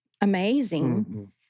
amazing